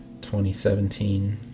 2017